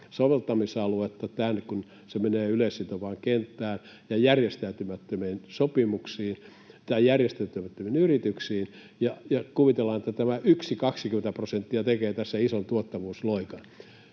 soveltamisaluetta, kun se menee yleissitovaan kenttään ja järjestäytymättömiin yrityksiin, ja kuvitellaan, että tämä yksi 20 prosenttia tekee tässä ison tuottavuusloikan.